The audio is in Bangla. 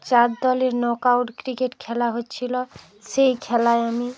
চার দলের নক আউট ক্রিকেট খেলা হচ্ছিলো সেই খেলায় আমি